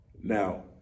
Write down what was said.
Now